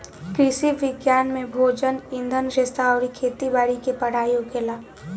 कृषि विज्ञान में भोजन, ईंधन रेशा अउरी खेती बारी के पढ़ाई होखेला